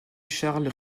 charles